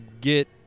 get